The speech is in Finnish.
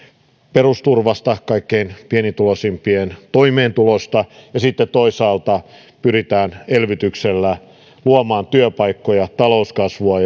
perusturvasta kaikkein pienituloisimpien toimeentulosta ja sitten toisaalta pyritään elvytyksellä luomaan työpaikkoja talouskasvua